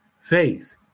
Faith